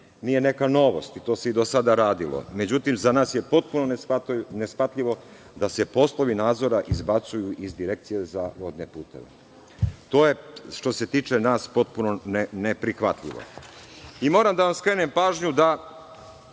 nije neka novost, to se i do sada radilo. Međutim, za nas je potpuno neshvatljivo da se poslovi nadzora izbacuju iz Direkcije za vodne puteve. To je što se tiče nas potpuno neprihvatljivo. Moram da vam skrenem pažnju da